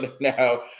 now